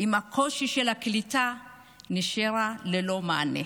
עם הקושי של הקליטה, נשארה ללא מענה.